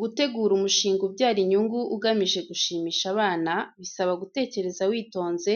Gutegura umushinga ubyara inyungu ugamije gushimisha abana, bisaba gutekereza witonze